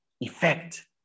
effect